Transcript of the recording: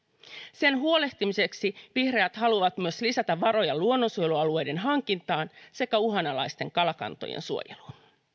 sen huolehtimiseksi vihreät haluavat myös lisätä varoja luonnonsuojelualueiden hankintaan sekä uhanalaisten kalakantojen suojeluun